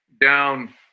down